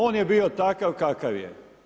On je bio takav kakav je.